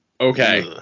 Okay